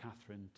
Catherine